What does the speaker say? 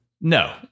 No